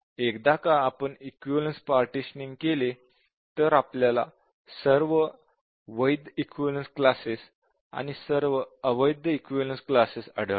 एकदा का आपण इक्विवलेन्स पार्टिशनिंग केले तर आपल्याला सर्व वैध इक्विवलेन्स क्लासेस आणि सर्व अवैध इक्विवलेन्स क्लासेस आढळतात